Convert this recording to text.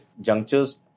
junctures